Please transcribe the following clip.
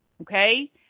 Okay